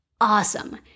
Awesome